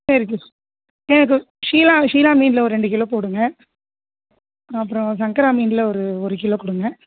சரி எனக்கு ஷீலா ஷீலா மீனில் ஒரு ரெண்டு கிலோ போடுங்கள் அப்புறம் சங்கரா மீனில் ஒரு ஒரு கிலோ கொடுங்க